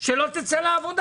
לא לצאת לעבודה.